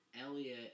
Elliot